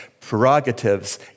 prerogatives